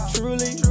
Truly